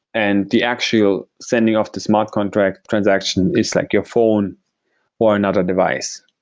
and the actual sending off the smart contract transaction. it's like your phone or another device.